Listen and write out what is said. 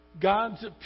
God's